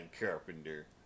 Carpenter